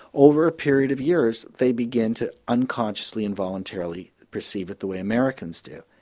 over a period of years they begin to unconsciously and voluntarily perceive it the way americans do.